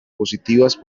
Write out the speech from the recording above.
positivas